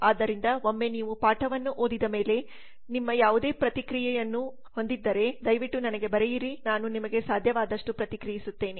ಆದ್ದರಿಂದ ಒಮ್ಮೆ ನೀವು ಪಾಠವನ್ನು ಓದಿದ ಮೇಲೆ ನೀವು ಯಾವುದೇ ಪ್ರತಿಕ್ರಿಯೆಯನ್ನು ಹೊಂದಿದ್ದರೆ ದಯವಿಟ್ಟು ನನಗೆ ಬರೆಯಿರಿ ನಾನು ನಿಮಗೆ ಸಾಧ್ಯವಾದಷ್ಟು ಪ್ರತಿಕ್ರಿಯಿಸುತ್ತೇನೆ